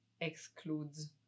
excludes